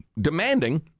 demanding